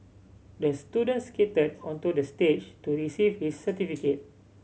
the student skated onto the stage to receive his certificate